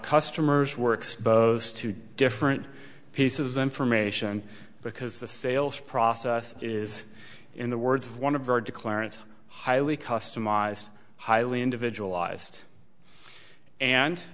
customers were exposed to different pieces of information because the sales process is in the words of one of our declare it's highly customized highly individualized and